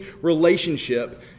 relationship